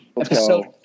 Episode